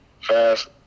fast